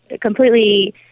completely